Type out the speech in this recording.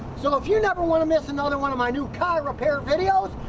so if you never want to miss another one of my new car repair videos,